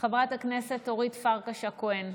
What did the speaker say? חברת הכנסת אורית פרקש הכהן,